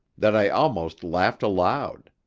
that i almost laughed aloud.